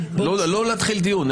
לא להתחיל דיון.